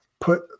put